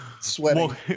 sweating